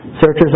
Searchers